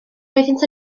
roeddynt